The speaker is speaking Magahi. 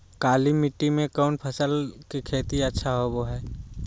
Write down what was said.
काली मिट्टी में कौन फसल के खेती अच्छा होबो है?